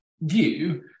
view